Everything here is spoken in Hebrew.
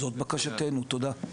זאת בקשתנו, תודה.